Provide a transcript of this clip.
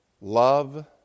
Love